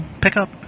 pickup